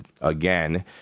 again